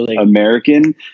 American